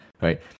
right